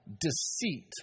deceit